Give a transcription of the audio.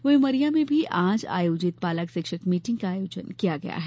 वहीं उमरिया में भी आज आयोजित पालक शिक्षक मीटिंग का आयोजन किया गया है